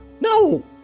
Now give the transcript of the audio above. No